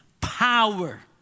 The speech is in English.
power